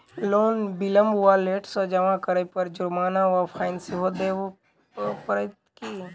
Loan विलंब वा late सँ जमा करै पर जुर्माना वा फाइन सेहो देबै पड़त की?